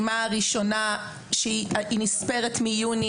אנחנו נותנים את הפעימה הראשונה שהיא נספרת מיוני,